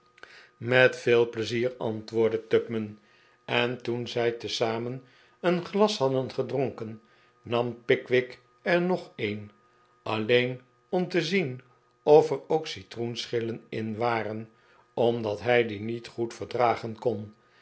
met veel pleizier antwoordde tupman en toen zij tezamen een glas hadden gedronken nam pickwick er nog een alleen om te zien of er ook citroenschillen in waren omdat hij die niet goed verdragen kon